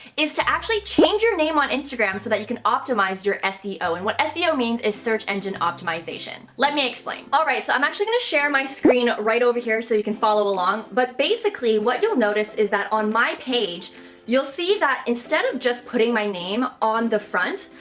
is to actually change your name on instagram so that you can optimize your seo. and what seo means is search engine optimization. let me explain. all right, so i'm actually going to share my screen right over here so you can follow along. but basically what you'll notice is that on my page you'll see that instead of just putting my name on the front,